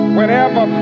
whenever